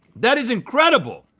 that is incredible!